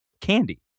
candy